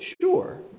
sure